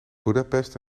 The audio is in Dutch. budapest